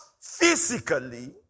physically